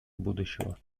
будущего